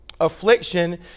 Affliction